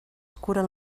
curen